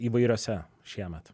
įvairiose šiemet